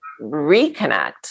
reconnect